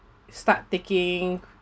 start taking